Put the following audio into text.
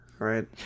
Right